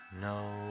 no